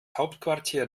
hauptquartier